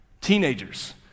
Teenagers